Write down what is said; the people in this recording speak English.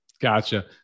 Gotcha